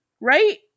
right